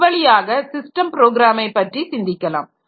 இவ்வழியாக system ப்ரோக்ராமை பற்றி சிந்திக்கலாம்